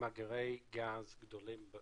מאגרי גז גדולים,